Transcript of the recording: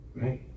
right